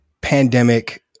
pandemic